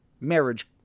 marriage